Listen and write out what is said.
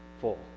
full